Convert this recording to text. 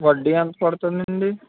వడ్డీ ఎంత పడుతుందండి